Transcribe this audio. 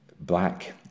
black